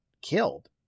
killed